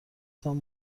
تان